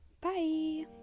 Bye